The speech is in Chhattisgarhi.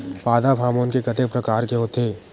पादप हामोन के कतेक प्रकार के होथे?